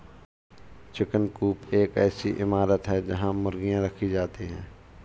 chicken coop एक ऐसी इमारत है जहां मुर्गियां रखी जाती हैं